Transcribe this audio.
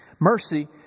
Mercy